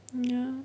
ya